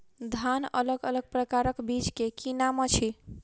धान अलग अलग प्रकारक बीज केँ की नाम अछि?